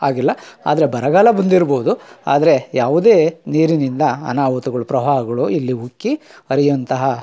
ಆಗಿಲ್ಲ ಆದರೆ ಬರಗಾಲ ಬಂದಿರ್ಬೋದು ಆದರೆ ಯಾವುದೇ ನೀರಿನಿಂದ ಅನಾಹುತಗಳು ಪ್ರವಾಹಗಳು ಇಲ್ಲಿ ಉಕ್ಕಿ ಹರಿಯುವಂತಹ